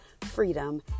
Freedom